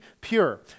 pure